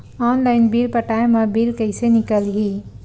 Online bill पटाय मा bill कइसे निकलही?